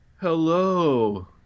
Hello